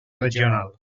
regional